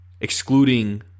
excluding